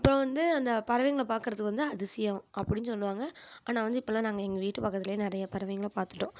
அப்புறம் வந்து அந்த பறவைங்களை பார்க்குறது வந்து அதிசயம் அப்படினு சொல்லுவாங்க ஆனால் வந்து இப்போலாம் நாங்கள் எங்கள் வீட்டு பக்கத்துலையே நிறைய பறவைங்களை பார்த்துட்டோம்